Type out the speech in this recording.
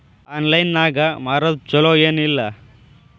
Online ನಾಗ್ ಮಾರೋದು ಛಲೋ ಏನ್ ಇಲ್ಲ?